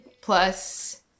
plus